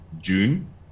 june